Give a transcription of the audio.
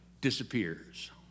disappears